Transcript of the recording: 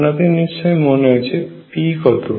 আপনাদের নিশ্চয়ই মনে আছে p কত